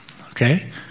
Okay